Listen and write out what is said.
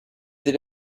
that